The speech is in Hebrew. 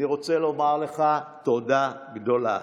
אני רוצה לומר לך תודה גדולה